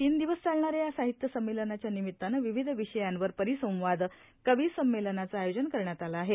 तीन दिवस चालणाऱ्या या साहित्य सम्मेलनाच्या निमित्ताने विविध विषयावर परिसंवाद कवि संमेलनाचे आयोजन करण्यात आले आहे